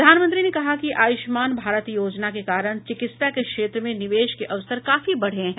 प्रधानमंत्री ने कहा कि आयुष्मान भारत योजना के कारण चिकित्सा के क्षेत्र में निवेश के अवसर काफी बढ़े हैं